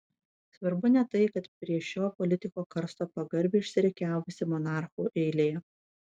svarbu ne tai kad prie šio politiko karsto pagarbiai išsirikiavusi monarchų eilė